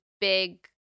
big